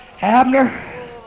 Abner